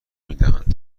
میدهند